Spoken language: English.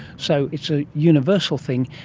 so it's a universal thing.